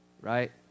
right